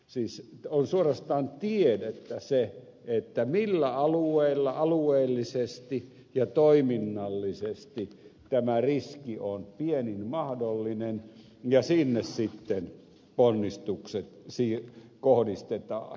siis on suorastaan tiedettä se millä alueilla alueellisesti ja toiminnallisesti tämä riski on pienin mahdollinen ja sinne sitten ponnistukset kohdistetaan